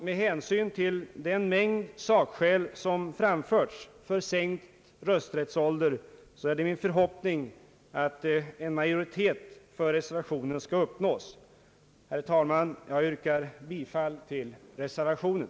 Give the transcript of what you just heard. Med hänsynp till den mängd sakskäl som åberopats för sänkt rösträttsålder är det min förhoppning att en majoritet för reservationen skall uppnås. Herr talman! Jag yrkar bifall till reservationen.